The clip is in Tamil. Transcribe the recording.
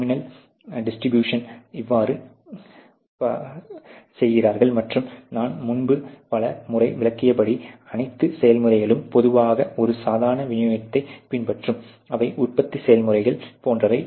நார்மல் டிஸ்ட்ரிபியூஷனை இவ்வாறு ப்ரோக்ராம் செய்கிறார்கள் மற்றும் நான் முன்பு பல முறை விளக்கியபடி அனைத்து செயல்முறைகளும் பொதுவாக ஒரு சாதாரண விநியோகத்தைப் பின்பற்றும் அவை உற்பத்தி செயல்முறைகள் போன்றவை